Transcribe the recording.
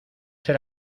ser